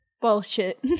Bullshit